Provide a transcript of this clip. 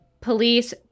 police